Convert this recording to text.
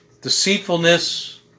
Deceitfulness